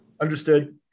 Understood